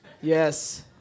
Yes